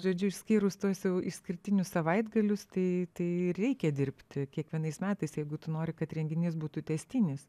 žodžiu išskyrus tuos jau išskirtinius savaitgalius tai tai reikia dirbti kiekvienais metais jeigu tu nori kad renginys būtų tęstinis